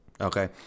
okay